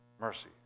mercy